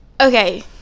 okay